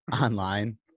online